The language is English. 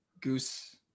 goose